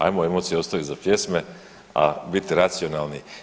Ajmo emocije ostavit za pjesme, a bit racionalni.